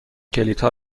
کلیدها